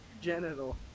Genital